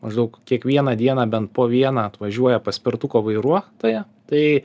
maždaug kiekvieną dieną bent po vieną atvažiuoja paspirtuko vairuotoją tai